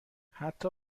حتی